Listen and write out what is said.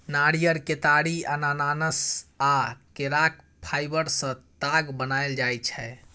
नारियर, केतारी, अनानास आ केराक फाइबर सँ ताग बनाएल जाइ छै